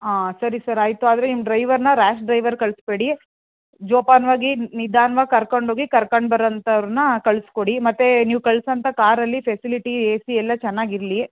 ಹಾಂ ಸರಿ ಸರ್ ಆಯಿತು ಆದರೆ ನಿಮ್ಮ ಡ್ರೈವರನ್ನ ರ್ಯಾಷ್ ಡ್ರೈವರ್ ಕಳಿಸ್ಬೇಡಿ ಜೋಪಾನವಾಗಿ ನಿಧಾನ್ವಾಗಿ ಕರ್ಕೊಂಡು ಹೋಗಿ ಕರ್ಕೊಂಡ್ ಬರೋಂಥವ್ರನ್ನ ಕಳಿಸ್ಕೊಡಿ ಮತ್ತು ನೀವು ಕಳ್ಸೋಂಥ ಕಾರಲ್ಲಿ ಫೆಸಿಲಿಟಿ ಏ ಸಿ ಎಲ್ಲ ಚೆನ್ನಾಗಿರಲಿ